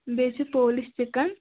بیٚیہِ چھِ polish chicken